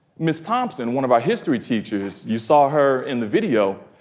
ms. thompson, one of our history teachers, you saw her in the video.